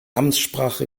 amtssprache